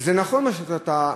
וזה נכון מה שמנית,